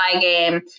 game